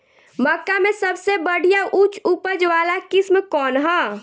मक्का में सबसे बढ़िया उच्च उपज वाला किस्म कौन ह?